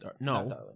No